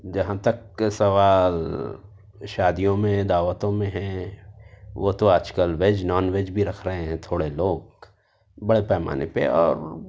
جہاں تک سوال شادیوں میں دعوتوں میں ہے وہ تو آج کل ویج نانویج بھی رکھ رہے ہیں تھوڑے لوگ بڑے پیمانے پہ اور